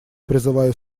призываю